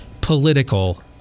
political